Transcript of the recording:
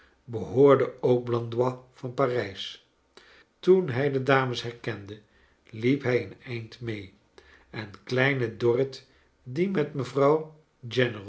behoorde ook blandois van parijs toen hij de dames herkende liep hij een eind mee en kleine dorrit die met mevrouw